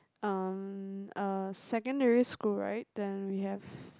um uh secondary school right then we have